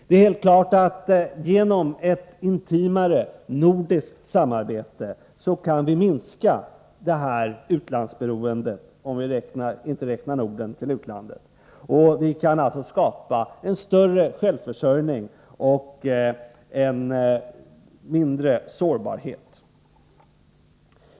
Det är helt klart att vi genom ett intimare nordiskt samarbete kan minska det här utlandsberoendet, om vi inte räknar de övriga nordiska länderna till utlandet. Vi kan alltså skapa en större självförsörjning och en mindre sårbarhet.